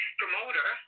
promoter